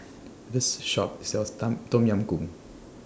This Shop sells Tom Tom Yam Goong